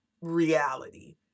reality